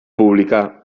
publicà